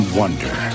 wonder